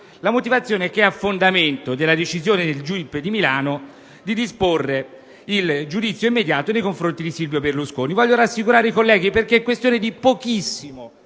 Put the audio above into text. la motivazione posta a fondamento della decisione del GIP di Milano di disporre il giudizio immediato nei confronti di Silvio Berlusconi. Voglio rassicurare i colleghi che si tratta di una